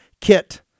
kit